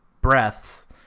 breaths